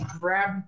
grab